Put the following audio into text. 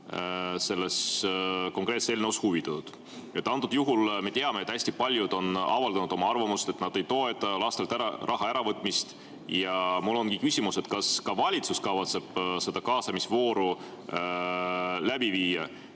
sellest konkreetsest eelnõust huvitatud. Antud juhul me teame, et hästi paljud on avaldanud arvamust, et nad ei toeta lastelt raha äravõtmist. Mul ongi küsimus: kas ka valitsus kavatseb seda kaasamisvooru läbi viia?